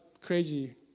crazy